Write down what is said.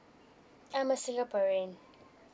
I'm a singaporean